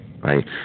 right